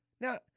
Now